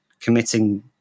committing